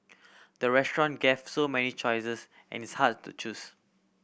the restaurant gave so many choices and it's hard to choose